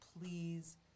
please